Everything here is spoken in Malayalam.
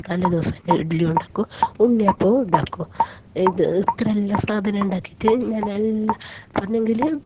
തലേദിവസം തന്നെ ഇഡ്ഡലിയും ഉണ്ടാക്കും ഉണ്ണിയപ്പവും ഉണ്ടാക്കും ഇത് ഇത്ര എല്ലാം സാധനവും ഉണ്ടാക്കിയിട്ടു ഞാൻ നല്ല പറഞ്ഞെങ്കിൽ